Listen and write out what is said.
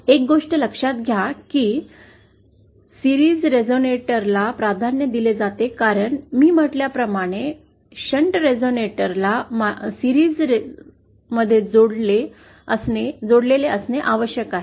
एक गोष्ट लक्षात घ्या की मालिका रेझोनिएटर ला प्राधान्य दिले जाते कारण मी म्हटल्या प्रमाणे शंट रेझोनेटर्स ला मालिकेत जोडले असणे आवश्यक आहे